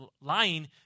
lying